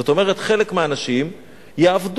זאת אומרת, חלק מהאנשים יעבדו,